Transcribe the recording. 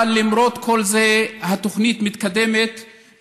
אבל למרות כל זה התוכנית מתקדמת,